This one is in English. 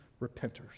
repenters